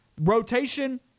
rotation